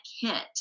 hit